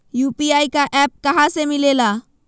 UPI का app कहा से मिलेला?